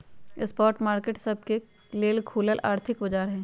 spot market सबके लेल खुलल आर्थिक बाजार हइ